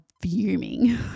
fuming